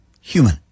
Human